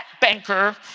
banker